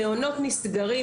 המעונות נסגרים.